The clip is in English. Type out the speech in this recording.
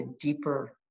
deeper